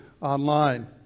online